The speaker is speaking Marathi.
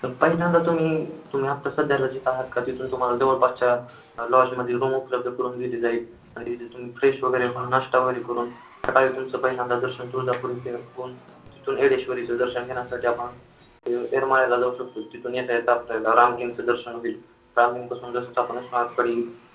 सर पहिल्यांदा तुम्ही तुम्ही आता सध्याला जिथं आहात का तिथून तुम्हाला जवळपासच्या लॉजमध्ये रूम उपलब्ध करून दिली जाईल आणि तिथून फ्रेश वगैरे होऊन नाश्ता वगैरे करून सकाळी तुमचं पहिल्यांदा दर्शन तुळजापूर इथे होऊन तिथून एडेश्वरीचं दर्शन घेण्यासाठी आपण ए एरमाळ्याला जाऊ शकतो तिथून येता येता आपल्याला रामलिंगचं दर्शन होईल रामलिंगपासून जस जसं आपण आत कडे येईल